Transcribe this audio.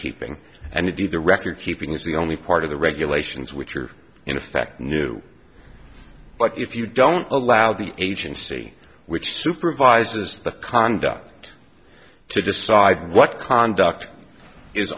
keeping and indeed the record keeping is the only part of the regulations which are in effect new but if you don't allow the agency which supervises the conduct to decide what conduct is